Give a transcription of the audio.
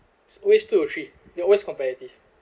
squish two to three they're always competitive